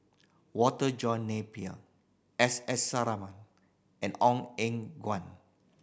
Walter John Napier S S Sarama and Ong Eng Guan